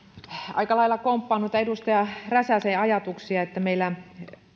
aika lailla komppaan noita edustaja räsäsen ajatuksia meillä